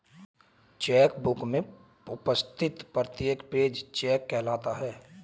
check book में उपस्थित प्रत्येक पेज चेक कहलाता है